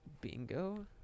Bingo